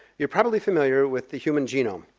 you're probably familiar with the human genome,